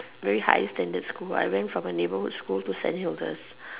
very high standard school I went from a neighborhood school to Saint Augustine